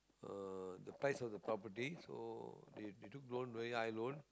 uh the price of the property so they they took loan very high loan